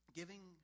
giving